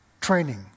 training